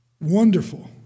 wonderful